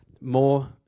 more